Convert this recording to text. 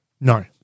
No